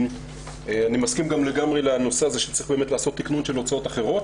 אני מסכים לגמרי עם הנושא שצריך לעשות תיקנון של הוצאות אחרות.